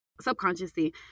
subconsciously